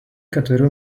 ketverių